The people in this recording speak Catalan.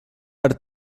per